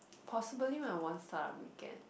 possibly when I won start up weekend